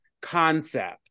concept